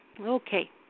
Okay